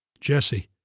Jesse